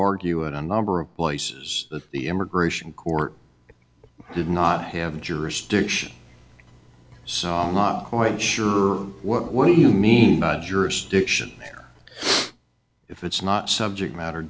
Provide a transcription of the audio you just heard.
argue it on number of places that the immigration court did not have jurisdiction so i'm not quite sure what you mean by jurisdiction here if it's not subject matter